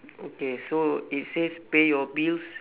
okay so it says pay your bills